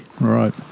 Right